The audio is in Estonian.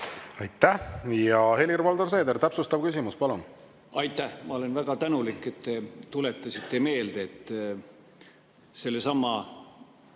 Aitäh! Ja Helir-Valdor Seeder, täpsustav küsimus, palun! Aitäh! Ma olen väga tänulik, et te tuletasite meelde, et sellesama